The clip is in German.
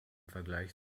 vergleich